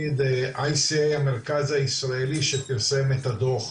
ICA המרכז הישראלי שפרסם את הדוח,